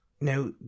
Now